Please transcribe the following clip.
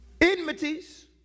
enmities